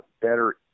better